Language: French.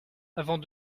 avant